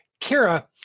Kira